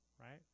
right